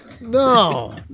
no